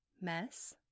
mess